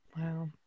Wow